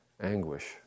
anguish